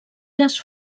les